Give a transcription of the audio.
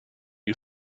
you